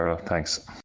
Thanks